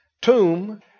tomb